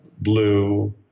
blue